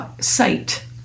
sight